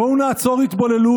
בואו נעצור התבוללות.